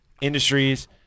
industries